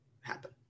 happen